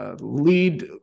lead